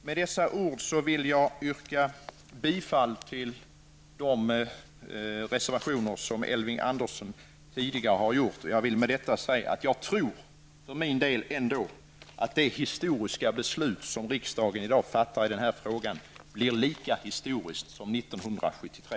Med dessa ord vill jag yrka bifall till de reservationer som Elving Andersson tidigare har gjort. Jag vill med detta säga att jag för min del trots allt tror att det beslut som riksdagen i dag fattar i denna fråga kommer att bli lika historiskt som 1973